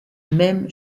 même